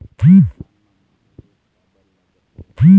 धान म माहू रोग काबर लगथे?